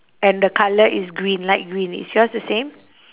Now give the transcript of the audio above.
and the colour is green light green is yours the same